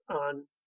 on